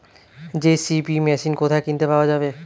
JCB machine কোথায় কিনতে পাওয়া যাবে?